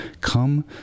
come